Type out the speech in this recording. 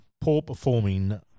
poor-performing